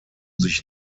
sich